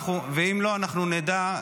אנחנו נדע,